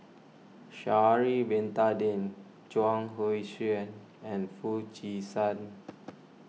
Sha'ari Bin Tadin Chuang Hui Tsuan and Foo Chee San